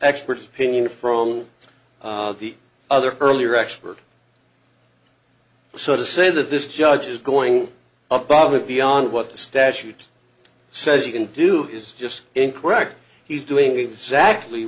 expert opinion from the other earlier expert so to say that this judge is going up on it beyond what the statute says you can do is just incorrect he's doing exactly